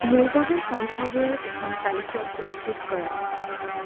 মোৰ বাবে সংখ্যাবোৰৰ এখন তালিকা প্ৰস্তুত কৰা